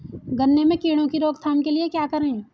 गन्ने में कीड़ों की रोक थाम के लिये क्या करें?